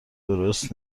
درست